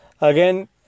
Again